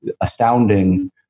astounding